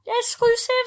Exclusive